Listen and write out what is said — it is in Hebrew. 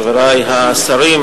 חברי השרים,